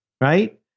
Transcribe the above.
right